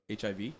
HIV